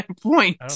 point